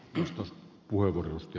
arvoisa puhemies